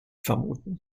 vermuten